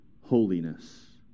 holiness